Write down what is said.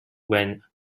when